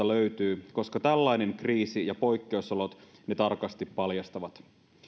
löytyy koska tällainen kriisi ja poikkeusolot ne tarkasti paljastavat